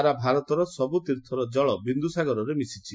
ସାରା ଭାରତର ସବୁ ତୀର୍ଥର କଳ ବିନ୍ଦୁସାଗରରେ ମିଶିଛି